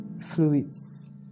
fluids